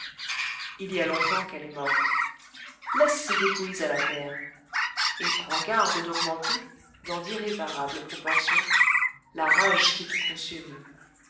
il y a longtemps qu'elle est morte laisse ces dépouilles à la terre et prends garde d'augmenter dans d'irréparables proportions la rage qui te consume